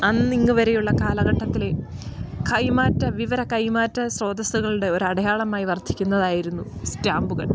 അന്നിങ്ങ് വരെയുള്ള കാലഘട്ടത്തിലെ കൈമാറ്റ വിവര കൈമാറ്റ സ്രോതസ്സ്കളുടെ ഒരു അടയാളമായി വർധിക്കുന്നതായിരുന്നു സ്റ്റാമ്പുകൾ